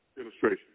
illustration